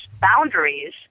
boundaries